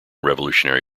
revolutionary